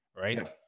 Right